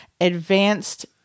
Advanced